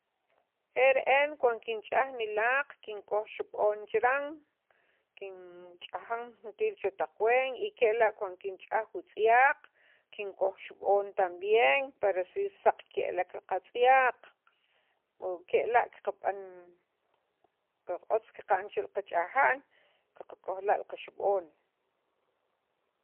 e re'en cuand kinch'aj nilaq kinkoj xib'on chiran kin ch'ajan juntir chetaq ween y kela' cuand kinch'aj wutz'yaq kinkoj xib'on tambien para so saq ke'lek li qatz'yaq wo kela' qab'an qa otz qa'n che qach'ajan qakoj la' qaxib'on.